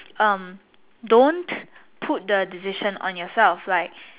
um don't put the decision on yourself like